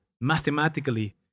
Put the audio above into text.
mathematically